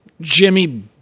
Jimmy